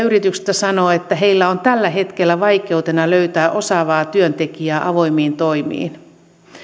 yrityksistä sanoo että heillä on tällä hetkellä vaikeutena löytää osaavaa työntekijää avoimiin toimiin